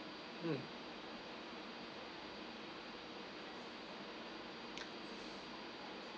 mm